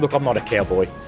but um not a cowboy,